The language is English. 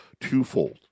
twofold